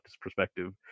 perspective